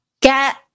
get